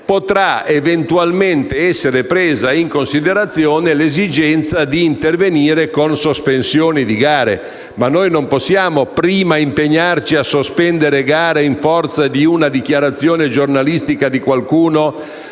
potrà eventualmente essere presa in considerazione l'esigenza di intervenire con sospensioni di gare. Ma noi non possiamo prima impegnarci a sospendere gare in forza di una dichiarazione giornalistica di qualcuno